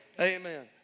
Amen